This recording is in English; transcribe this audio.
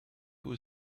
who